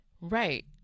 Right